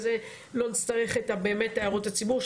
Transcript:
זה לא נצטרך באמת את הערות הציבור,